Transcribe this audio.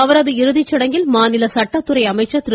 அவரது இறுதிச்சடங்கில் மாநில சட்டத்துறை அமைச்சர் திரு